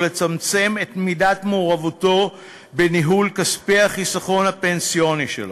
ולצמצם את מידת מעורבותו בניהול כספי החיסכון הפנסיוני שלו.